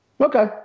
Okay